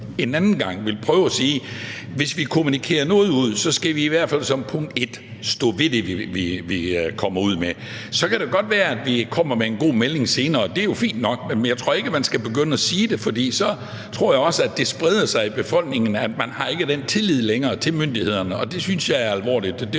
en anden gang ville prøve at sige: Hvis vi kommunikerer noget ud, skal vi i hvert fald som punkt 1 stå ved det, vi kommer ud med. Så kan det godt være, at vi kommer med en god melding senere. Det er jo fint nok, men jeg tror ikke, man skal begynde at sige det, for så tror jeg også, at det spreder sig i befolkningen, at man ikke har den tillid til myndighederne længere, og det synes jeg er alvorligt.